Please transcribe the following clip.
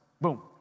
Boom